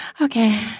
Okay